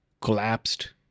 collapsed